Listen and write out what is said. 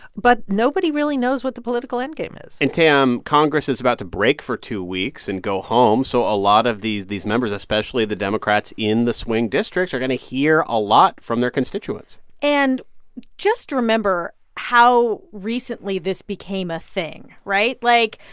but nobody really knows what the political endgame is and, tam, congress is about to break for two weeks and go home. so a lot of these members, members, especially the democrats in the swing districts, are going to hear a lot from their constituents and just remember how recently this became a thing, right? like,